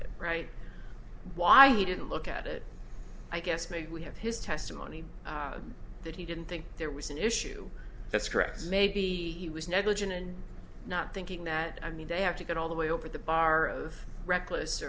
it right why he didn't look at it i guess maybe we have his testimony that he didn't think there was an issue that's correct maybe he was negligent in not thinking that i mean they have to get all the way over the bar reckless